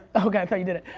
ok, i thought you did it.